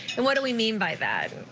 and what do we mean by that?